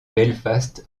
belfast